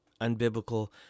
unbiblical